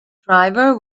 driver